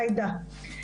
עאידה.